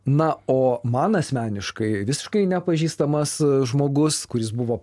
na o man asmeniškai visiškai nepažįstamas žmogus kuris buvo